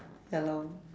ya lor